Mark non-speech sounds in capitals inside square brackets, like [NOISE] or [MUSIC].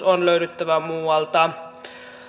[UNINTELLIGIBLE] on löydyttävä muualta